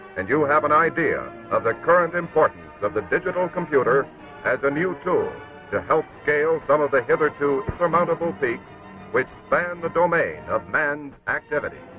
and you have an idea of the current importance of the digital computer as a new tool to help scale some of the hitherto insurmountable peaks which span the domain of mans activities.